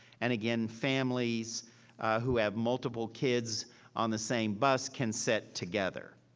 and again, families who have multiple kids on the same bus can sit together.